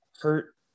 hurt